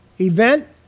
event